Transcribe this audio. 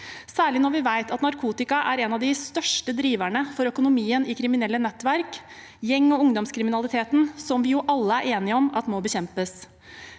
særlig når vi vet at narkotika er en av de største driverne for økonomien i kriminelle nettverk og gjeng- og ungdomskriminaliteten, som vi jo alle er enige om at må bekjempes.